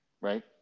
right